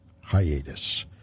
hiatus